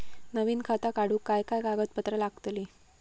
नवीन खाता काढूक काय काय कागदपत्रा लागतली?